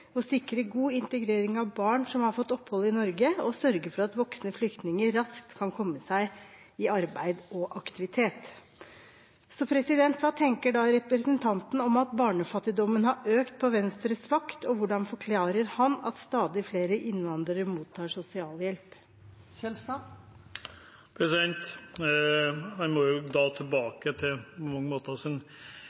å sikre god integrering av barn som har fått opphold i Norge, og å sørge for at voksne flyktninger raskt kan komme seg i arbeid og aktivitet. Hva tenker representanten om at barnefattigdommen har økt på Venstres vakt, og hvordan forklarer han at stadig flere innvandrere mottar